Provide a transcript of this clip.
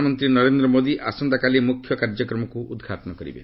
ପ୍ରଧାନମନ୍ତ୍ରୀ ନରେନ୍ଦ୍ର ମୋଦି ଆସନ୍ତାକାଲି ମୁଖ୍ୟ କାର୍ଯ୍ୟକ୍ରମକ୍ ଉଦ୍ଘାଟନ କରିବେ